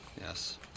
Yes